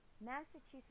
Massachusetts